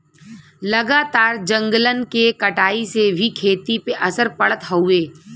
लगातार जंगलन के कटाई से भी खेती पे असर पड़त हउवे